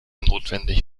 notwendig